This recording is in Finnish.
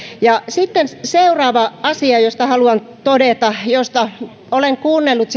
sitten seuraava asia josta haluan todeta ja jota olen kuunnellut